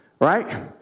right